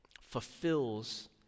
fulfills